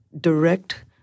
direct